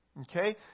Okay